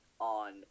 on